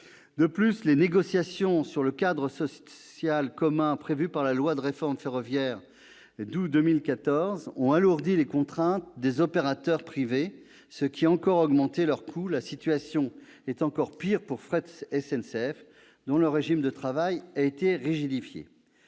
De plus, les négociations sur le cadre social commun prévues par la loi de réforme ferroviaire d'août 2014 ont alourdi les contraintes des opérateurs privés, ce qui a encore augmenté leurs coûts. La situation est encore pire pour Fret SNCF, dont le régime de travail a été rigidifié.